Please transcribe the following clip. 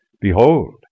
behold